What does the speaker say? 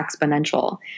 exponential